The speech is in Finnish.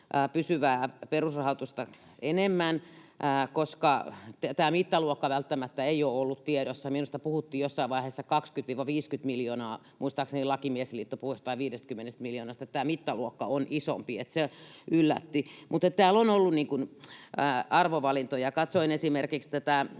pysyvää perusrahoitusta enemmän, koska tämä mittaluokka välttämättä ei ole ollut tiedossa. Minusta puhuttiin jossain vaiheessa 20—50 miljoonasta, muistaakseni Lakimiesliitto puhui jostain 50 miljoonasta. Se, että tämä mittaluokka on isompi, yllätti. Mutta täällä on ollut arvovalintoja. Katsoin esimerkiksi